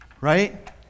right